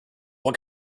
what